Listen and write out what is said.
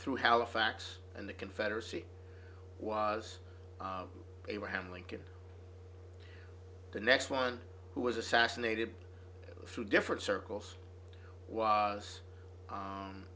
through halifax and the confederacy was abraham lincoln the next one who was assassinated through different circles as